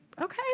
okay